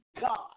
God